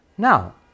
Now